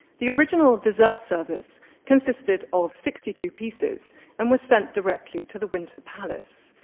the original dessert service consisted of sixty two pieces and was sent directly to the winter palace.